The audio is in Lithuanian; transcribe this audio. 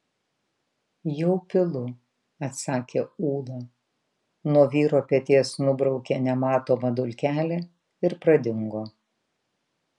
jau pilu atsakė ūla nuo vyro peties nubraukė nematomą dulkelę ir pradingo